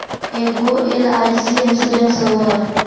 ऐगो LIC insurance होव है?